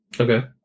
Okay